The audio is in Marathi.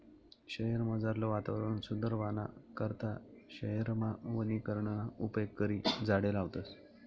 शयेरमझारलं वातावरण सुदरावाना करता शयेरमा वनीकरणना उपेग करी झाडें लावतस